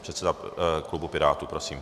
Předseda klubu Pirátů, prosím.